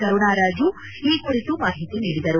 ಕರುಣಾ ರಾಜು ಈ ಕುರಿತು ಮಾಹಿತಿ ನೀಡಿದರು